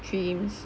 dreams